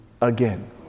again